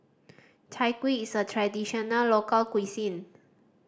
Chai Kuih is a traditional local cuisine